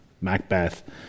Macbeth